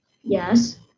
Yes